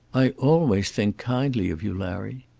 i always think kindly of you, larry.